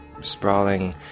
sprawling